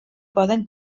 poden